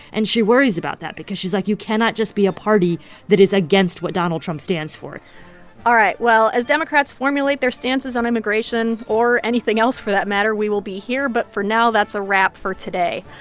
and she worries about that because she's like, you cannot just be a party that is against what donald trump stands for all right. well, as democrats formulate their stances on immigration, or anything else for that matter, we will be here. but for now, that's a wrap for today.